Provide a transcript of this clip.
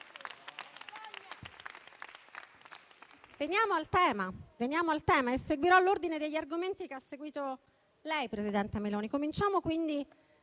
Veniamo al tema. Seguirò l'ordine degli argomenti che ha seguito lei, presidente Meloni.